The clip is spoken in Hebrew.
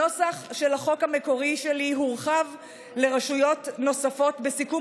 הנוסח של החוק המקורי שלי הורחב לרשויות נוספות בסיכום